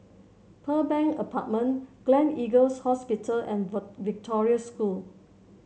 Pearl Bank Apartment Gleneagles Hospital and Victoria School